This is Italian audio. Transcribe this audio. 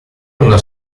una